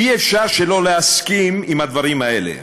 אי-אפשר שלא להסכים עם הדברים האלה.